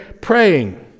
praying